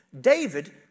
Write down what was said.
David